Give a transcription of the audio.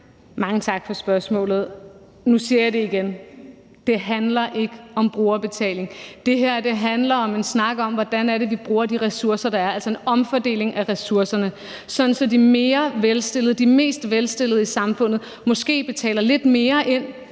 Mange tak for spørgsmålet. Nu siger jeg det igen: Det handler ikke om brugerbetaling. Det her handler om en snak om, hvordan det er, vi bruger de ressourcer, der er, altså en omfordeling af ressourcerne, sådan at de mest velstillede i samfundet måske betaler lidt mere ind